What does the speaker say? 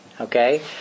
Okay